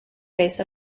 face